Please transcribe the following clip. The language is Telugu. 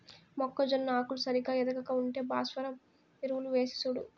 మొక్కజొన్న ఆకులు సరిగా ఎదగక ఉంటే భాస్వరం ఎరువులు వేసిచూడు